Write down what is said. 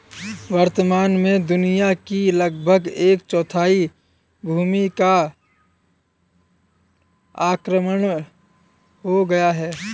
वर्तमान में दुनिया की लगभग एक चौथाई भूमि का अवक्रमण हो गया है